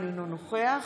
אינו נוכח